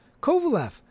Kovalev